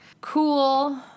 cool